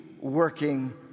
working